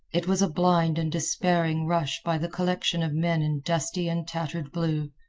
it was a blind and despairing rush by the collection of men in dusty and tattered blue,